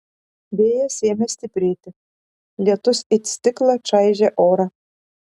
vėjas ėmė stiprėti lietus it stiklą čaižė orą